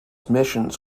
missions